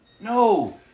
No